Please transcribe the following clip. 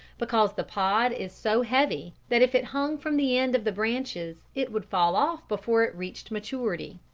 because the pod is so heavy that if it hung from the end of the branches it would fall off before it reached maturity.